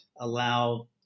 allow